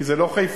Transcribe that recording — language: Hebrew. כי זה לא חיפה,